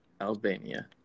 Albania